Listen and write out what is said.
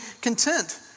content